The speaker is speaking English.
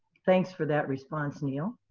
thanks for that response, neil.